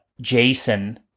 Jason